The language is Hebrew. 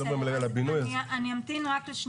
אבל אם מדובר על הבינוי אז --- אמתין עם הבינוי.